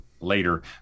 later